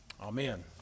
Amen